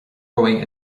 romhainn